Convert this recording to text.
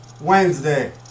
Wednesday